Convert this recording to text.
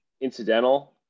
incidental